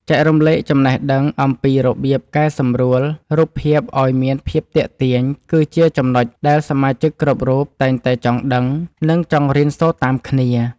ចែករំលែកចំណេះដឹងអំពីរបៀបកែសម្រួលរូបភាពឱ្យមានភាពទាក់ទាញគឺជាចំណុចដែលសមាជិកគ្រប់រូបតែងតែចង់ដឹង និង ចង់រៀនសូត្រតាមគ្នា។